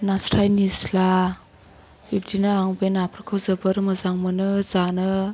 नास्राय निस्ला बिब्दिनो आं बे नाफोरखौ जोबोद मोजां मोनो जानो